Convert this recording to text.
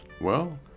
Well